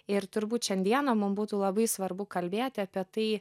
ir turbūt šiandieną mum būtų labai svarbu kalbėti apie tai